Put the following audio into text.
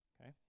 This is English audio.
Okay